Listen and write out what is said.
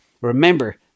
Remember